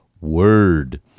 Word